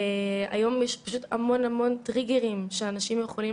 היום יש פשוט המון טריגרים שאנשים יכולים